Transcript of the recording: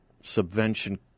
subvention